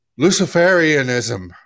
Luciferianism